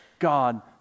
God